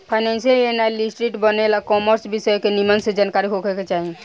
financial analyst बने ला commerce विषय के निमन से जानकारी होखे के चाही